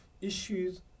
issues